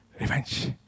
Revenge